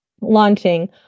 launching